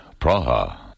Praha